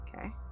Okay